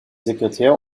sekretär